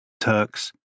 Turks